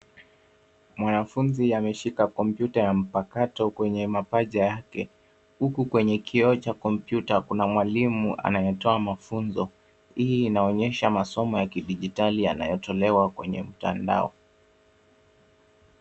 Mwanafunzi ameshika kompyuta mpakato kwenye mapaja yake. Kwenye kioo cha kompyuta, kuna mwalimu anayetoa mafunzo. Hii inaonyesha masomo ya kidijitali yanayotolewa kwenye mtandao.